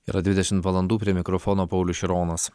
yra dvidešimt valandų prie mikrofono paulius šironas